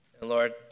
Lord